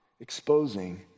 exposing